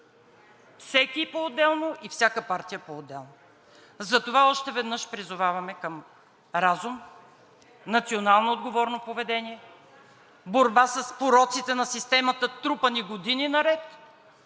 всеки поотделно и всяка партия поотделно. Затова още веднъж призоваваме към разум, националноотговорно поведение, борба с пороците на системата, трупани години наред,